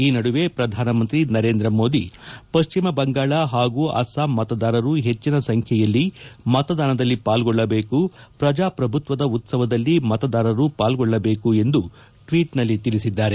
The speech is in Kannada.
ಈ ನಡುವೆ ಪ್ರಧಾನಮಂತ್ರಿ ನರೇಂದ್ರ ಮೋದಿ ಪಶ್ವಿಮ ಬಂಗಾಳ ಹಾಗೂ ಅಸ್ಲಾಂ ಮತದಾರರು ಹೆಜ್ವಿನ ಸಂಖ್ವೆಯಲ್ಲಿ ಮತದಾನದಲ್ಲಿ ಪಾಲ್ಗೊಳ್ಳಬೇಕು ಪ್ರಜಾಪ್ರಭುತ್ವದ ಉತ್ಸವದಲ್ಲಿ ಮತದಾರರು ಪಾಲ್ಗೊಳ್ಳಬೇಕು ಎಂದು ಟ್ವೀಟ್ನಲ್ಲಿ ತಿಳಿಸಿದ್ದಾರೆ